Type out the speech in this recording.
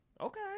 Okay